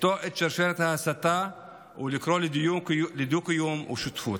לקטוע את שרשרת ההסתה ולקרוא לדו-קיום ולשותפות.